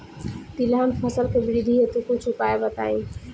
तिलहन फसल के वृद्धि हेतु कुछ उपाय बताई?